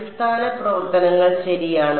അടിസ്ഥാന പ്രവർത്തനങ്ങൾ ശരിയാണ്